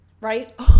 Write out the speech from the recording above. right